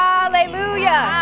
Hallelujah